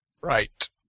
Right